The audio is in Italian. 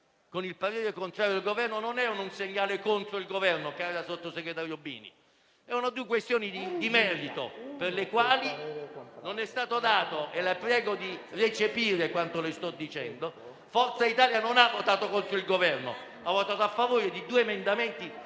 con il parere contrario del Governo, non sono un segnale contro il Governo, cara sottosegretario Bini. Erano due questioni di merito. La prego di voler recepire quanto le sto dicendo: Forza Italia non ha votato contro il Governo. Ha votato a favore di due emendamenti.